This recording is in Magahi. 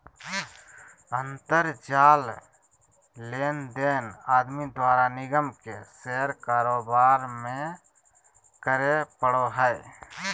अंतर जाल लेनदेन आदमी द्वारा निगम के शेयर कारोबार में करे पड़ो हइ